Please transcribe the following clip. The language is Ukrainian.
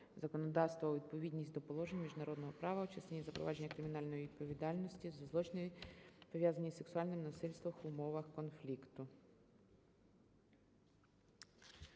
України у відповідність до положень міжнародного права в частині запровадження кримінальної відповідальності за злочини, пов'язані з сексуальним насильством в умовах конфлікту.